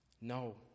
No